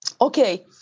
Okay